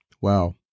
wow